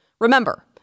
Remember